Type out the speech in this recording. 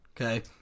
Okay